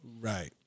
Right